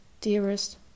dearest